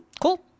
cool